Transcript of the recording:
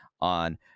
on